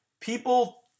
People